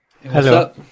Hello